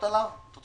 רוצה